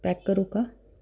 pack करू का